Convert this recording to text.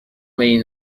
این